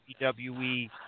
WWE